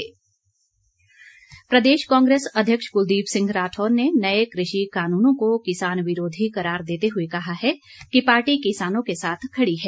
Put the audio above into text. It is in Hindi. राठौर प्रदेश कांग्रेस अध्यक्ष कुलदीप सिंह राठौर ने नए कृषि कानूनों को किसान विरोधी करार देते हुए कहा है कि पार्टी किसानों के साथ खड़ी है